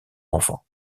enfants